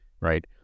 right